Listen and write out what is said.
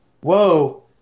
whoa